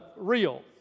real